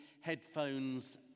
headphones